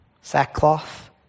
Sackcloth